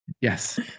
Yes